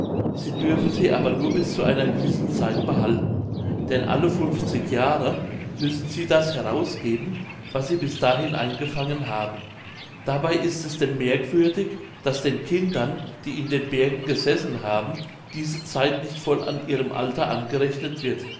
sie dürfen sie aber nur bis zu einer gewissen zeit behalten denn alle funfzig jahre müssen sie das herausgeben was sie bis dahin eingefangen haben dabei ist es denn merkwürdig daß den kindern die in den bergen gesessen haben diese zeit nicht voll an ihrem alter angerechnet wird